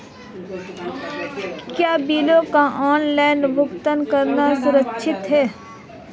क्या बिलों का ऑनलाइन भुगतान करना सुरक्षित है?